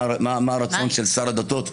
להבין מה הרצון של שר הדתות.